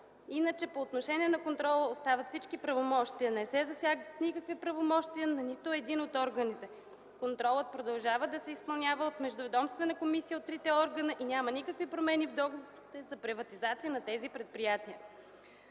Иначе по отношение на контрола остават всичките правомощия. Не се засягат никакви правомощия на нито един от органите. Контролът продължава да се изпълнява от междуведомствена комисия от трите органа и няма никакви промени в договорите за приватизация на тези предприятия;